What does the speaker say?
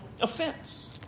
offense